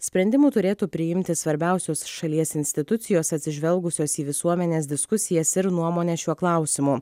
sprendimų turėtų priimti svarbiausius šalies institucijos atsižvelgusios į visuomenės diskusijas ir nuomonę šiuo klausimu